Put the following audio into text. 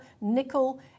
nickel